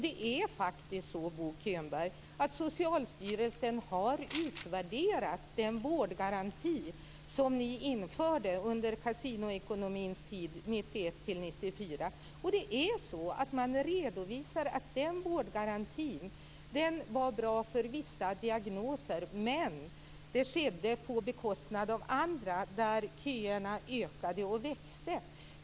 Det är faktiskt så, Bo Könberg, att Socialstyrelsen har utvärderat den vårdgaranti som ni införde under kasinoekonomins tid 1991-1994. Och det är så att man redovisar att den vårdgarantin var bra för vissa diagnoser, men det skedde på bekostnad av andra där köerna växte.